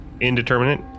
indeterminate